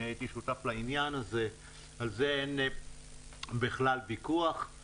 אני הייתי שותף לעניין הזה, על זה אין בכלל ויכוח.